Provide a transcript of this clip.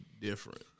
different